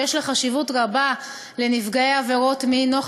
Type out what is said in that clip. שיש לה חשיבות רבה לנפגעי עבירות מין,